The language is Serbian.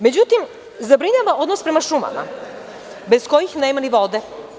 Međutim, zabrinjava odnos prema šumama, bez kojih nema ni vode.